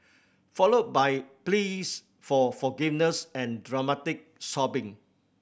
followed by pleas for forgiveness and dramatic sobbing